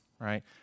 right